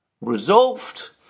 resolved